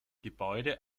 gebäude